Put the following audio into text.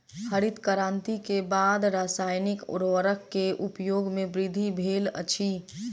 हरित क्रांति के बाद रासायनिक उर्वरक के उपयोग में वृद्धि भेल अछि